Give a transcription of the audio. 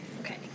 Okay